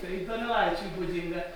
tai donelaičiui būdinga